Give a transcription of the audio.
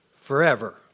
forever